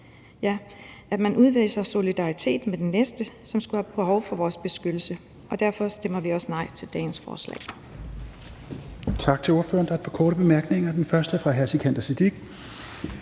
ja, at man udviser solidaritet med den næste, som skulle have behov for vores beskyttelse, og derfor stemmer vi også nej til dagens forslag.